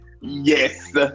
Yes